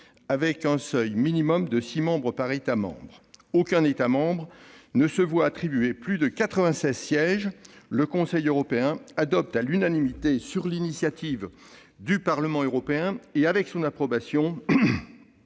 avec un seuil minimum de six membres par État membre. Aucun État membre ne se voit attribuer plus de quatre-vingt-seize sièges. « Le Conseil européen adopte à l'unanimité, sur initiative du Parlement européen et avec son approbation,